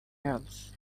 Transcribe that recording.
else